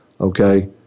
okay